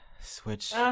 Switch